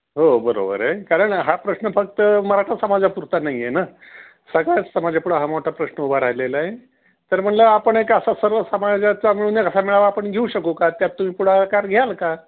हो बरोबर आहे कारण हा प्रश्न फक्त मराठा समाजापुरता नाही आहे ना सगळ्याच समाजापुढं हा मोठा प्रश्न उभा राहिलेला आहे तर म्हणलं आपण एक असा सर्व समाजाचा मिळून एक असा मेळावा आपण घेऊ शकू का त्यात तुम्ही पुढाकार घ्याल का